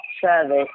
service